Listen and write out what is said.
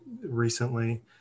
recently